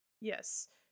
Yes